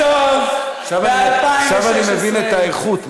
ובסוף, עכשיו, ב-2016, עכשיו אני מבין את האיכות.